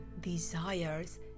desires